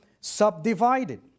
subdivided